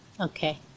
Okay